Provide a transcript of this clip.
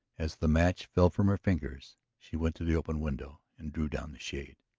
as the match fell from her fingers she went to the open window and drew down the shade.